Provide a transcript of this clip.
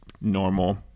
normal